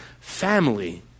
family